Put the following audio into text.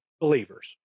believers